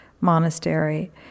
monastery